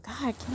God